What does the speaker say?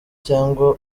cyangwa